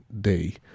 day